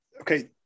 okay